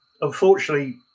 unfortunately